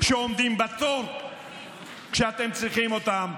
שעומדים בתור כשאתם צריכים אותם,